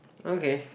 okay